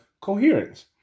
Coherence